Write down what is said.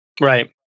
Right